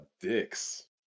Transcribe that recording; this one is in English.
dicks